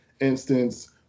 instance